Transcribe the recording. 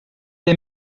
les